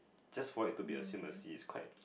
just for it to be assume a C it's quite